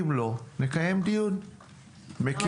אם לא - נקיים דיון יותר מקיף.